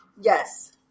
yes